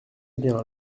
bien